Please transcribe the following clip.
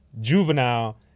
juvenile